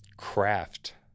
Craft